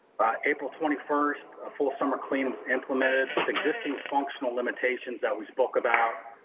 april twenty first full summer cleaning was implemented with existing functional limitations that we spoke about.